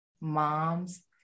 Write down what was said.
moms